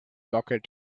located